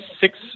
Six